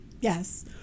Yes